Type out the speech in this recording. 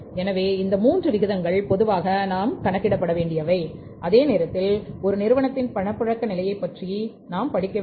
எனவே இந்த 3 விகிதங்களை பொதுவாக நாம் கணக்கிடுகிறோம் அதே நேரத்தில் ஒரு நிறுவனத்தின்பபணப்புழக்க நிலையைப் பற்றியும் படிக்க வேண்டும்